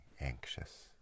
anxious